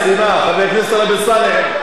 היא סיימה, חבר הכנסת טלב אלסאנע.